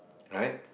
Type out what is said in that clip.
right